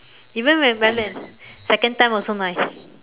even when we went back second time also nice